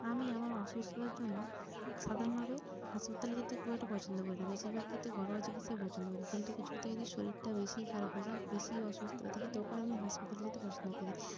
আমি আমার অসুস্থতার জন্য সাধারণভাবে হাসপাতালে যেতে খুব একটা পছন্দ করি না বেশিরভাগ ক্ষেত্রে ঘরোয়া চিকিৎসাই পছন্দ করি কিন্তু কিছু ক্ষেত্রে যদি শরীরটা বেশিই খারাপ হয়ে যায় বেশিই অসুস্থ হয়ে থাকি তখন আমি হাসপাতালে যেতে পছন্দ করি